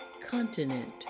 continent